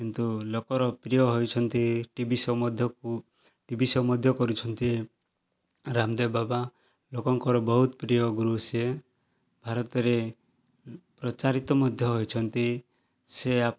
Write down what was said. କିନ୍ତୁ ଲୋକର ପ୍ରିୟ ହୋଇଛନ୍ତି ଟି ଭି ଶୋ ମଧ୍ୟକୁ ଟି ଭି ସହ ମଧ୍ୟ କରିଛନ୍ତି ରାମଦେବ ବାବା ଲୋକଙ୍କର ବହୁତ ପ୍ରିୟ ଗୁରୁ ସେ ଭାରତରେ ପ୍ରଚାରିତ ମଧ୍ୟ ହୋଇଛନ୍ତି ସେ